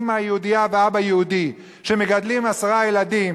אמא יהודייה ואבא יהודי שמגדלים עשרה ילדים